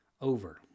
over